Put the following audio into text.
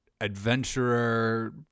adventurer